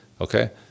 okay